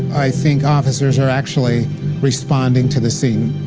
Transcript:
i think officers are actually responding to the scene.